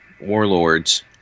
Warlords